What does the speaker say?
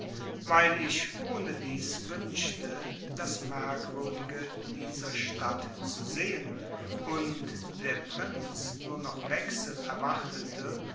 weil ich ohnedies wünschte das merkwürdige dieser stadt zu sehen und der prinz nur noch wechsel erwartete